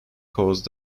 cause